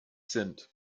sind